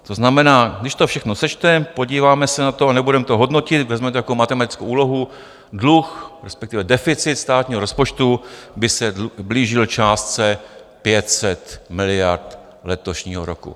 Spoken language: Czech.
To znamená, když to všechno sečteme, podíváme se na to a nebudeme to hodnotit, vezmete jako matematickou úlohu, dluh, respektive deficit státního rozpočtu by se blížil částce 500 miliard letošního roku.